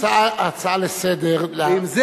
הצעה לסדר-היום.